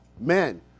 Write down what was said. Men